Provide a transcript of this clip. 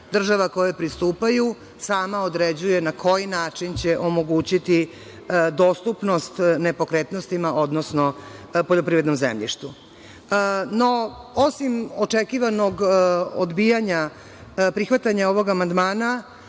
država koje pristupaju, sama određuje na koji način će omogućiti dostupnost nepokretnostima odnosno poljoprivrednom zemljištu. Osim očekivanog odbijanja prihvatanja ovog amandmana,